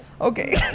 Okay